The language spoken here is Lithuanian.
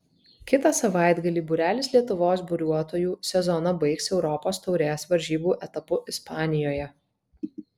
kitą savaitgalį būrelis lietuvos buriuotojų sezoną baigs europos taurės varžybų etapu ispanijoje